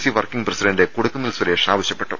C working president Kodikunnil Suresh ആവശ്യപ്പെട്ടു